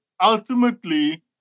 ultimately